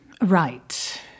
Right